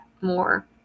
more